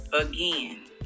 again